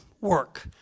work